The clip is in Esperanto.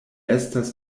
estas